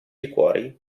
liquori